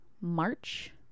March